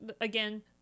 again